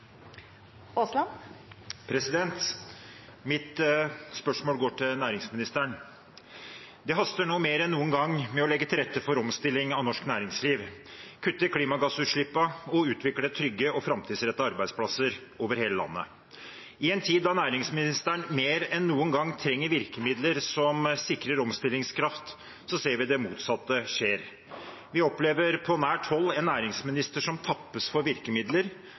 Terje Aasland. Mitt spørsmål går til næringsministeren. Det haster nå mer enn noen gang med å legge til rette for omstilling av norsk næringsliv – kutte i klimagassutslippene og utvikle trygge og framtidsrettede arbeidsplasser over hele landet. I en tid da næringsministeren mer enn noen gang trenger virkemidler som sikrer omstillingskraft, ser vi at det motsatte skjer. Vi opplever på nært hold en næringsminister som tappes for virkemidler,